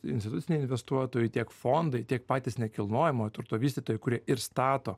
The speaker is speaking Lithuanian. instituciniai investuotojai tiek fondai tiek patys nekilnojamojo turto vystytojai kurie ir stato